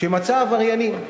כשמצא עבריינים.